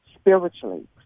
spiritually